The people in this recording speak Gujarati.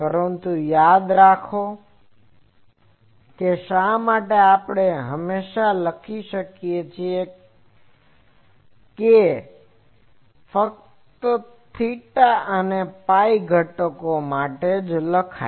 પરંતુ યાદ રાખો કે શા માટે આપણે હંમેશાં અહીં લખીએ છીએ કે તે ફક્ત theta અને phi ના ઘટકો માટે જ છે